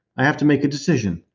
i have to make a decision.